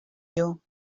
you